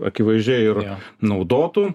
akivaizdžiai ir naudotų